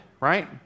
right